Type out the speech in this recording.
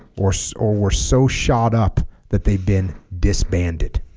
or so or were so shot up that they've been disbanded